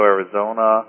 Arizona